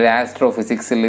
astrophysics